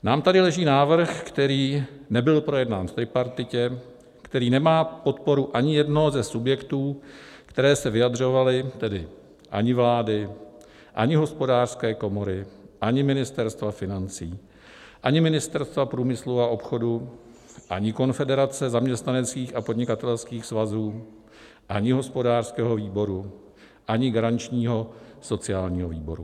Nám tady leží návrh, který nebyl projednán v tripartitě, který nemá podporu ani jednoho ze subjektů, které se vyjadřovaly, tedy ani vlády, ani Hospodářské komory, ani Ministerstva financí, ani Ministerstva průmyslu a obchodu, ani Konfederace zaměstnaneckých a podnikatelských svazů, ani hospodářského výboru, ani garančního sociálního výboru.